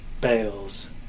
bales